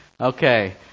Okay